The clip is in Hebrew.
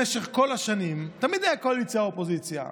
במשך כל השנים תמיד היה קואליציה אופוזיציה.